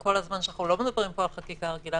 כל הזמן שאנחנו לא מדברים פה על חקיקה רגילה,